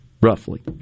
roughly